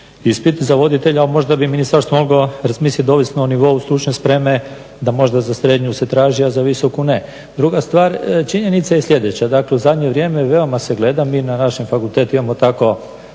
ispit za voditelja, a možda bi ministarstvo moglo razmisliti da ovisno o nivou stručne spreme da možda za srednju se traži, a za visoku ne. Druga stvar, činjenica je sljedeća, dakle u zadnje vrijeme veoma se gleda, mi na našem fakultetu imamo tako